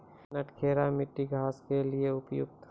नटखेरा मिट्टी घास के लिए उपयुक्त?